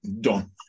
done